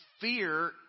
fear